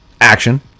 Action